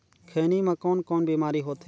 खैनी म कौन कौन बीमारी होथे?